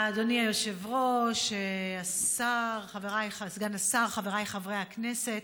אדוני היושב-ראש, סגן השר, חבריי חברי הכנסת,